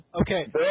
Okay